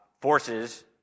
forces